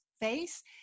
face